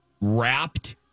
wrapped